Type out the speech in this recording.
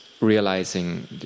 realizing